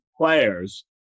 players